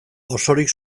osorik